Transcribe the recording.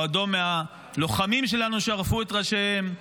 או אדום מהלוחמים שלנו שערפו את ראשיהם,